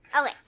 Okay